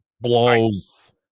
blows